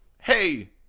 hey